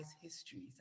histories